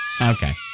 Okay